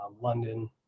London